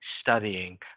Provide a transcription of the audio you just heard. studying